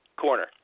corner